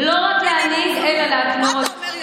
סמכות.